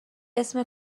اسم